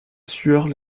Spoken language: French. sueur